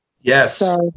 Yes